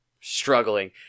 struggling